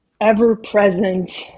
ever-present